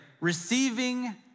receiving